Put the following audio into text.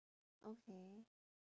okay